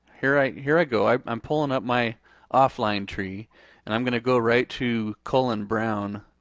here i here i go, i'm i'm pulling up my offline tree and i'm gonna go right to cullen brown,